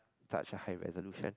such a high resolution